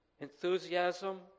enthusiasm